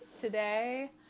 today